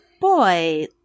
boy